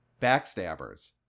backstabbers